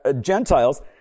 Gentiles